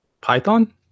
Python